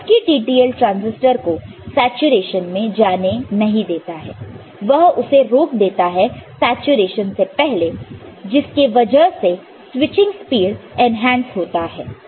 और Schottky TTL transistor को saturation मैं जाने नहीं देता है वह उसे रोक देता है सैचूरेशन से पहले जिसके वजह से स्विचिंग स्पीड एनहांस होता है